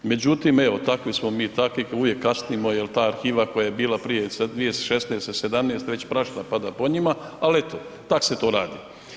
Međutim evo, takvi smo mi, takvi, uvijek kasnimo jer ta arhiva koja je bila prije, 2016., 2017., već prašina pada po njima ali eto tako se to radi.